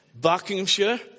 Buckinghamshire